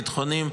הביטחוניים